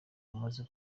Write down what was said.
umaze